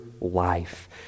life